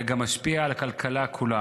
אלא גם משפיע על הכלכלה כולה.